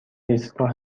ایستگاه